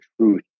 truth